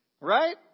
Right